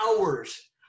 Hours